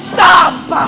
Stop